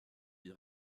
les